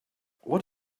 what